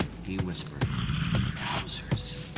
he whispered trousers.